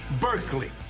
Berkeley